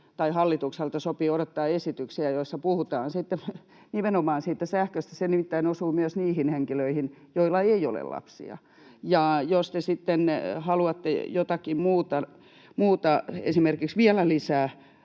hallitukselta sopii odottaa esityksiä, joissa puhutaan sitten nimenomaan siitä sähköstä. Se nimittäin osuu myös niihin henkilöihin, joilla ei ole lapsia. Jos te sitten haluatte jotakin muuta, esimerkiksi vielä lisää